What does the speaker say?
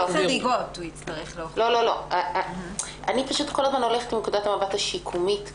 אני כל הזמן הולכת לנקודת המבט השיקומית.